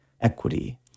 equity